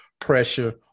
pressure